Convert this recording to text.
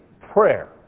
prayer